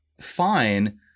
fine